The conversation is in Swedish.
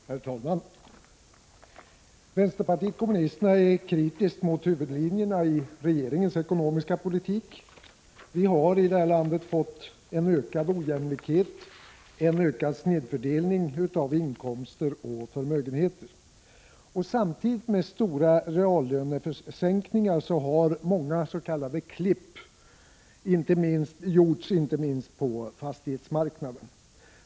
Herr talman! Vänsterpartiet kommunisterna är kritiskt mot huvudlinjerna i regeringens ekonomiska politik. Vi har i detta land fått en ökad ojämlikhet, en ökad snedfördelning av inkomster och förmögenheter. Samtidigt med stora reallönesänkningar har många s.k. klipp gjorts, inte minst på fastighetsmarknaden.